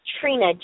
Trina